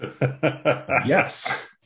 Yes